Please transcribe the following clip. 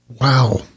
Wow